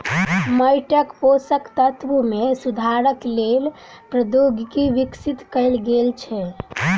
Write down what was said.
माइटक पोषक तत्व मे सुधारक लेल प्रौद्योगिकी विकसित कयल गेल छै